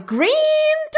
Green